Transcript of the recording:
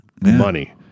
money